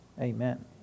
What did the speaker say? Amen